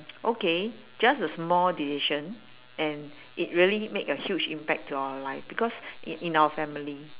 okay just a small decision and it really made a huge impact to our life because i~ in our family